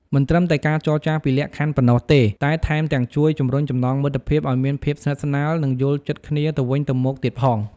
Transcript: មិនត្រឹមតែការចរចាពីលក្ខខណ្ឌប៉ុណ្ណោះទេ តែថែមទាំងជួយ ជំរុញចំណងមិត្តភាព ឱ្យមានភាពស្និទ្ធស្នាល និងយល់ចិត្តគ្នាទៅវិញទៅមកទៀតផង។